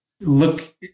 look